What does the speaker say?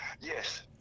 Yes